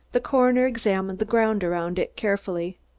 the coroner examined the ground around it carefully.